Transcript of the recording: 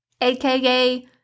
aka